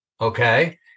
okay